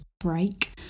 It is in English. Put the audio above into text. break